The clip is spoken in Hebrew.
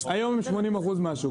היום הם 80% מהשוק.